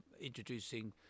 introducing